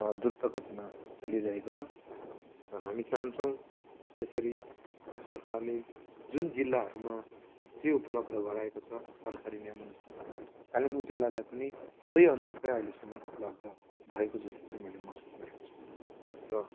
द्रुत गतिमा चलिरहेको छ र हामी चाहन्छौँ यसरी सरकारले जुन जिल्लाहरूमा जे उपलब्ध गराएको छ सरकारी नियमअनुसार कालिम्पोङ जिल्लालाई पनि सोही अनुरुपै अइलेसम्म उपलब्ध भएको जस्तो चाहिँ मैले महसुस गरेको छु र